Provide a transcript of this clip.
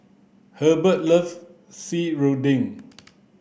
Hubbard loves serunding